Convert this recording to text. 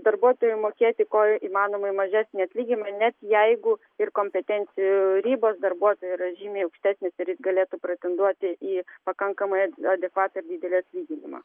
darbuotojui mokėti ko įmanomai mažesnį atlyginimą net jeigu ir kompetencijų ribos darbuotojo yra žymiai aukštesnės ir jis galėtų pretenduoti į pakankamai ad adekvatų ir didelį atlyginimą